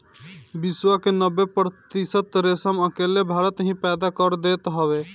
विश्व के नब्बे प्रतिशत रेशम अकेले भारत ही पैदा कर देत हवे